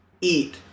Eat